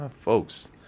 Folks